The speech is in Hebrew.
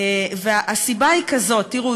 הסיבה היא כזאת: תראו,